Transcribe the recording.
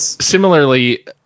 Similarly